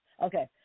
Okay